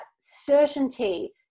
certainty